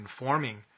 informing